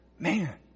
Man